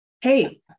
Hey